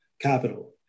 capital